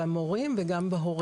במורים וגם בהורים.